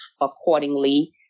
accordingly